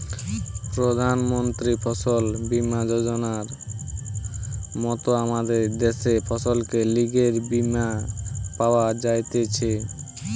প্রধান মন্ত্রী ফসল বীমা যোজনার মত আমদের দ্যাশে ফসলের লিগে বীমা পাওয়া যাইতেছে